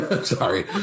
Sorry